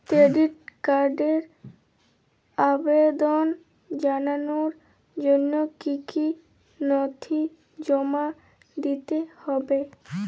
Credit কার্ডের আবেদন জানানোর জন্য কী কী নথি জমা দিতে হবে?